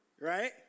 right